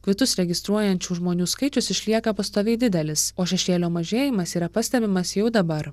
kvitus registruojančių žmonių skaičius išlieka pastoviai didelis o šešėlio mažėjimas yra pastebimas jau dabar